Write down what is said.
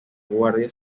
guardia